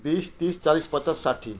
बिस तिस चालिस पचास साठ्ठी